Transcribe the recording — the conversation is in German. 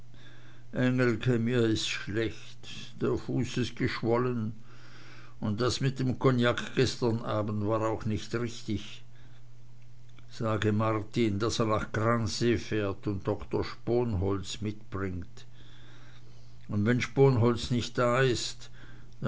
mir ist schlecht der fuß ist geschwollen und das mit dem cognac gestern abend war auch nicht richtig sage martin daß er nach gransee fährt und doktor sponholz mitbringt und wenn sponholz nicht da ist